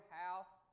house